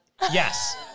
Yes